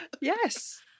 Yes